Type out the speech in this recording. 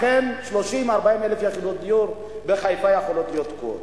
לכן 30,000 40,000 יחידות דיור בחיפה יכולות להיות תקועות.